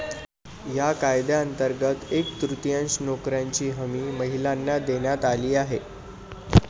या कायद्यांतर्गत एक तृतीयांश नोकऱ्यांची हमी महिलांना देण्यात आली आहे